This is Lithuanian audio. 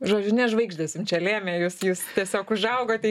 žodžiu ne žvaigždės jum čia lėmė jūs jūs tiesiog užaugote